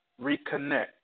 reconnect